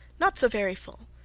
not so very full.